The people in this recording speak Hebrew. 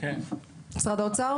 ממשרד האוצר